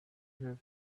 her